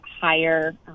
higher